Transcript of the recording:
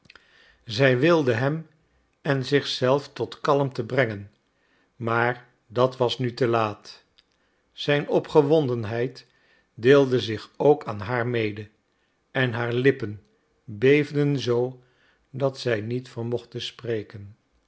zij wilde hem en zich zelf tot kalmte brengen maar dat was nu te laat zijn opgewondenheid deelde zich ook aan haar mede en haar lippen beefden zoo dat zij niet vermocht te spreken